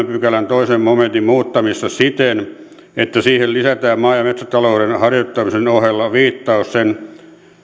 pykälän toisen momentin muuttamista siten että siihen lisätään maa ja metsätalouden harjoittamisen ohella viittaus sen